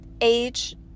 Age